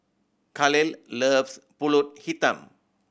Kahlil loves Pulut Hitam